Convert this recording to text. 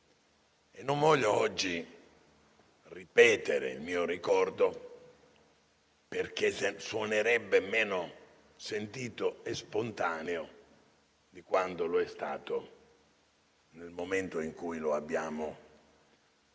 Non voglio oggi ripetere il mio ricordo, perché suonerebbe meno sentito e spontaneo di quanto è stato nel momento in cui gli abbiamo reso